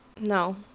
No